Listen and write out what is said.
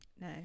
No